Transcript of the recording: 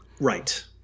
Right